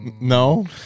no